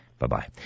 Bye-bye